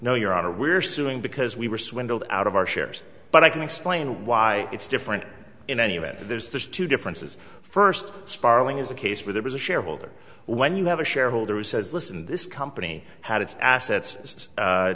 no your honor we're suing because we were swindled out of our shares but i can explain why it's different in any event there's two differences first sparling is a case where there is a shareholder when you have a shareholder it says listen this company had its assets